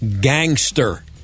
gangster